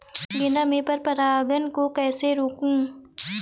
गेंदा में पर परागन को कैसे रोकुं?